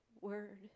word